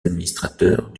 administrateurs